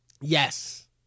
Yes